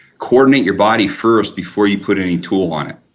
coordinate your body first before you put any tool on it,